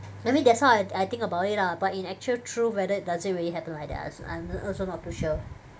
I mean that's how I I think about it ah but in actual truth whether does it really happen like that I I I'm also not too sure